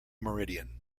meridian